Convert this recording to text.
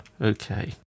Okay